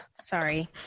Sorry